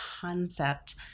concept